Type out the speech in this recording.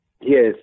Yes